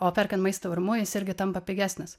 o perkant maistą urmu jis irgi tampa pigesnis